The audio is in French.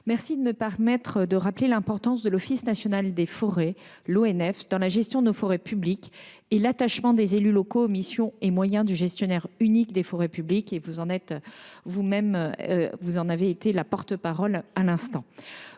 remercie de me permettre de rappeler l’importance de l’Office national des forêts dans la gestion de nos forêts publiques, ainsi que l’attachement des élus locaux aux missions et moyens du gestionnaire unique des forêts publiques – vous en avez été la porte parole à l’instant.